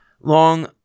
long